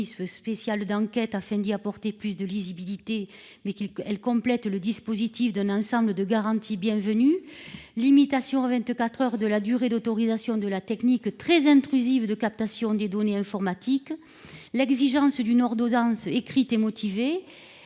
spéciales d'enquête, afin d'y apporter plus de lisibilité. Elle a également complété le dispositif par un ensemble de garanties bienvenues : limitation à vingt-quatre heures de la durée d'autorisation de la technique, très intrusive, de captation des données informatiques ; exigence d'une ordonnance écrite et motivée